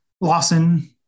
Lawson